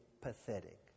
pathetic